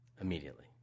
Immediately